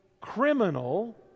criminal